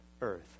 earth